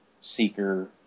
Seeker